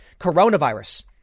Coronavirus